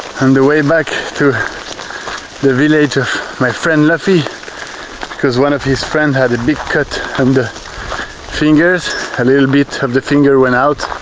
the way back to the village of my friend lofi because one of his friend had a big cut and fingers a little bit of the finger went out